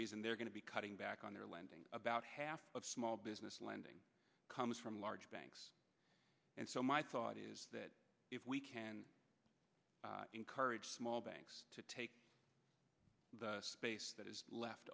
reason they're going to be cutting back on their lending about half of small business lending comes from large banks and so my thought is that if we can encourage small banks to take the space that is left